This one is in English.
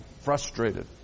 frustrated